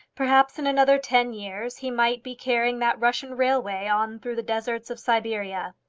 perhaps in another ten years he might be carrying that russian railway on through the deserts of siberia.